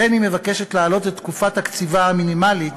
כמו כן היא מבקשת להעלות את תקופת הקציבה המינימלית